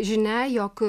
žinia jog